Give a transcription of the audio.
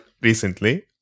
recently